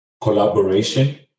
collaboration